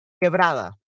quebrada